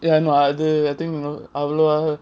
ya அது:adhu I think அவ்ளோ:avlo